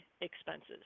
expenses